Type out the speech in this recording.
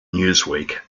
newsweek